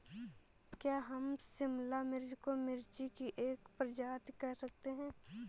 क्या हम शिमला मिर्च को मिर्ची की एक प्रजाति कह सकते हैं?